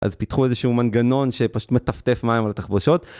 אז פיתחו איזה שהוא מנגנון שפשוט מטפטף מים על התחבושות.